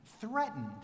threatened